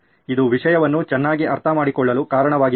ಇದು ವಿಷಯವನ್ನು ಚೆನ್ನಾಗಿ ಅರ್ಥಮಾಡಿಕೊಳ್ಳಲು ಕಾರಣವಾಗಿದೆಯೇ